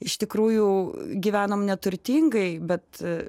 iš tikrųjų gyvenom neturtingai bet